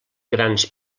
grans